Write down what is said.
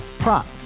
Prop